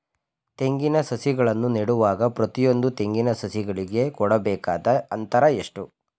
ತೆಂಗಿನ ಸಸಿಗಳನ್ನು ನೆಡುವಾಗ ಪ್ರತಿಯೊಂದು ತೆಂಗಿನ ಸಸಿಗಳಿಗೆ ಕೊಡಬೇಕಾದ ಅಂತರ ಎಷ್ಟು?